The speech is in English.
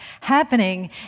happening